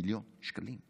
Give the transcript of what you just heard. מיליון שקלים.